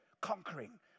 Conquering